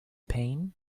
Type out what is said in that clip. pain